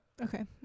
Okay